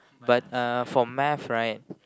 but uh for math right